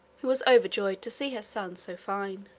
who was overjoyed to see her son so fine.